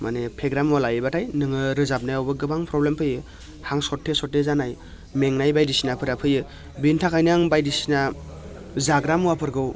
माने फेग्रा मुवा लायोब्लाथाय नोङो रोजाबनायावबो गोबां प्रब्लेम फैयो हां सरथे सरथे जानाय मेंनाय बायदिसिनाफोरा फैयो बिनि थाखायनो आं बायदिसिना जाग्रा मुवाफोरखौ